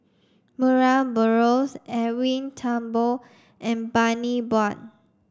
Murray Buttrose Edwin Thumboo and Bani Buang